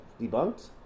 debunked